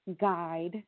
guide